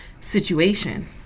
situation